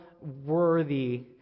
worthy